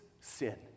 sin